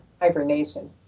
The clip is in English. Hibernation